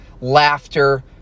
laughter